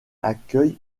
accueille